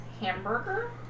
hamburger